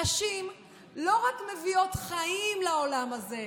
נשים לא רק מביאות חיים לעולם הזה,